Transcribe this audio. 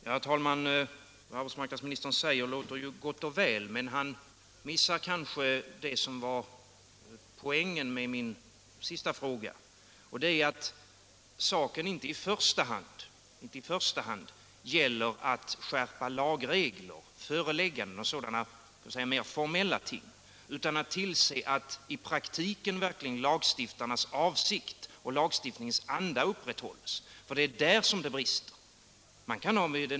Herr talman! Vad arbetsmarknadsministern säger låter ju gott och väl, men han missar kanske det som var poängen med min senaste fråga. 129 Det gäller inte i första hand skärpta lagregler, förelägganden och sådana mer formella ting, utan det gäller att tillse att i praktiken verkligen lagstiftarnas avsikt och lagstiftningens anda upprätthålls. Det är där som det brister.